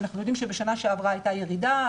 אנחנו יודעים שבשנה שעברה הייתה ירידה,